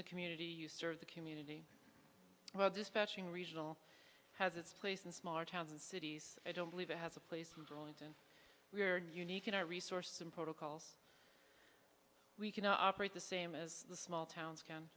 the community you serve the community well dispatching regional has its place in smaller towns and cities i don't believe it has a place in burlington we are unique in our resources and protocols we can operate the same as the small towns can